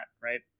right